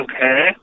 okay